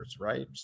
Right